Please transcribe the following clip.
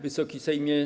Wysoki Sejmie!